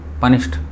punished